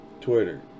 Twitter